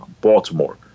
Baltimore